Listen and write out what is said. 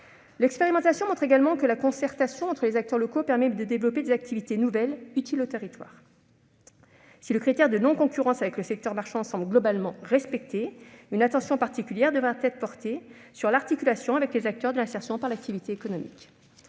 L'expérimentation montre également que la concertation entre les acteurs locaux permet de développer des activités nouvelles, utiles aux territoires. Si le critère de non-concurrence avec le secteur marchand semble globalement respecté, une attention particulière devra être portée à l'articulation avec les acteurs de l'insertion par l'activité économique.